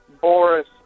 Boris